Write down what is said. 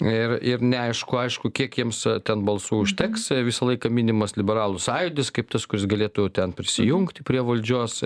ir ir neaišku aišku kiek jiems ten balsų užteks visą laiką minimas liberalų sąjūdis kaip tas kuris galėtų ten prisijungti prie valdžios